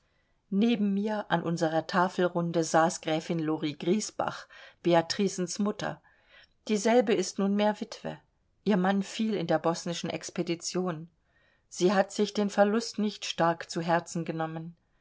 neben mir an unserer tafelrunde saß gräfin lori griesbach beatrixens mutter dieselbe ist nunmehr witwe ihr mann fiel in der bosnischen expedition sie hat sich den verlust nicht stark zu herzen genommen